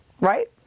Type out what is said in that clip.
right